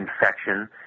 infection